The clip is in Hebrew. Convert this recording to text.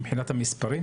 מבחינת המספרים?